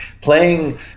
playing